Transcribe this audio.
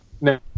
no